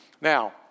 Now